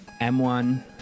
M1